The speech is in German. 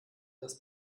das